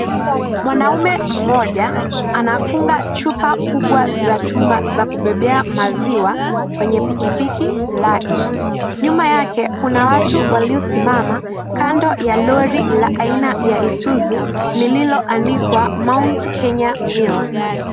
Mwanaume mmoja anafunga chupa kubwa za chuma za kubebea maziwa kwenye pikipiki lake, nyuma yake kuna watu waliosimama kando la Lori ya aina ya Isuzu lililoandikwa mount Kenya milk